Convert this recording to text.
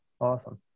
awesome